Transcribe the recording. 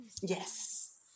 Yes